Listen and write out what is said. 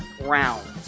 Round